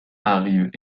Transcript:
arrive